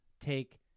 take